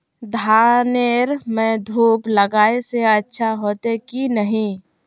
धानेर में धूप लगाए से अच्छा होते की नहीं?